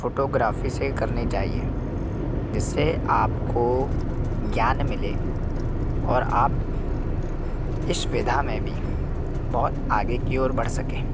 photography से करनी चाहिए जिससे आपको ज्ञान मिले और आप इस विधा में भी बहुत आगे की ओर बढ़ सकें